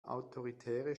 autoritäre